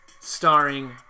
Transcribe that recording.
starring